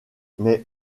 mais